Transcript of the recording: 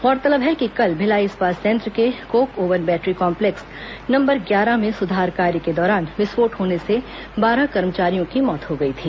गौरतलब है कि कल भिलाई इस्पात संयंत्र के coke oven battery complex number ग्यारह में सुधार कार्य के दौरान विस्फोट होने से बारह कर्मचारियों की मौत हो गई थी